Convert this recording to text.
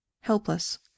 helpless